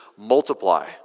multiply